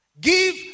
Give